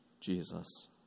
Jesus